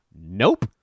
Nope